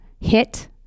hit